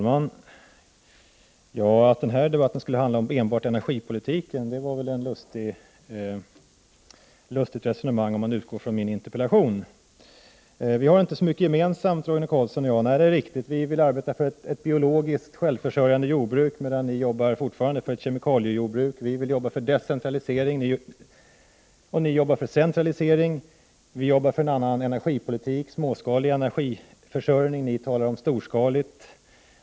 Fru talman! Att denna debatt skulle handla enbart om energipolitiken var ett lustigt resonemang, om man utgår från min interpellation. Roine Carlsson säger att vi inte har så mycket gemensamt. Det är riktigt. Vi vill arbeta för ett biologiskt självförsörjande jordbruk, medan ni fortfarande arbetar för ett kemikaliejordbruk. Vi vill jobba för decentralisering. Ni jobbar för centralisering. Vi jobbar för en annan energipolitik, småskaligare energiförsörjning. Ni talar om storskalighet.